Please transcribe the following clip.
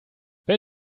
wenn